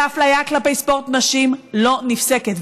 והאפליה כלפי ספורט נשים לא נפסקת.